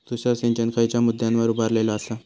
तुषार सिंचन खयच्या मुद्द्यांवर उभारलेलो आसा?